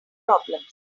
problems